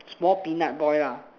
small peanut boy lah